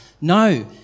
No